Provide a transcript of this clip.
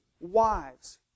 wives